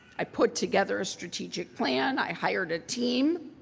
i put together a strategic plan, i hired a team,